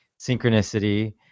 Synchronicity